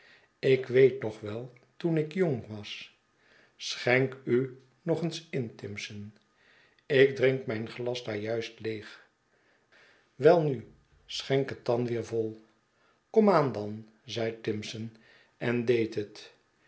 gabriel parsons ikweetnog wel toen ik jong was schenk u nog eens in timson ik drink mijn glas daar juist leeg welnu schenk het dan weer vol komaan dan zei timson en deed het